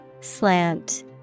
Slant